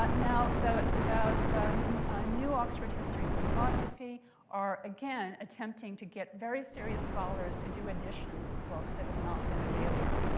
now so the and new oxford histories of philosophy are again attempting to get very serious scholars to do editions of books that have not been available.